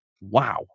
wow